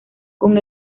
con